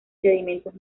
sedimentos